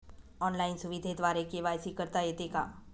Online सुविधेद्वारे KYC करता येते का?